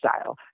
style